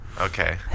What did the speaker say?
Okay